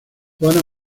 juana